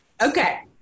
Okay